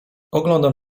oglądam